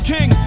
King